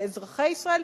של אזרחי ישראל,